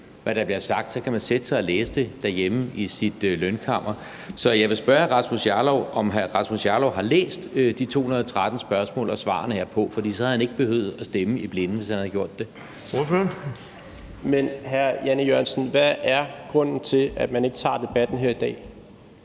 hvad der bliver sagt. Så kan man sætte sig og læse det derhjemme i sit lønkammer. Så jeg vil spørge hr. Rasmus Jarlov, om hr. Rasmus Jarlov har læst de 213 spørgsmål og svarene herpå. For han havde ikke behøvet at stemme i blinde, hvis han havde gjort det. Kl. 14:18 Den fg. formand (Erling Bonnesen): Ordføreren. Kl.